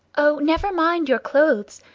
oh, never mind your clothes.